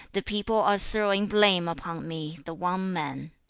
the people are throwing blame upon me, the one man